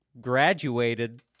graduated